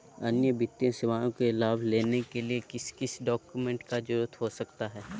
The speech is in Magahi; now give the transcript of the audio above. अन्य वित्तीय सेवाओं के लाभ लेने के लिए किस किस डॉक्यूमेंट का जरूरत हो सकता है?